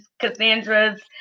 Cassandra's